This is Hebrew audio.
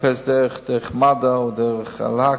לחפש דרך מגן-דוד-אדום או דרך "להק",